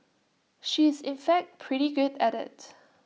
she is in fact pretty good at IT